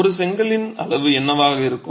ஒரு செங்கல்லின் அளவு என்னவாக இருக்கும்